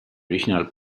original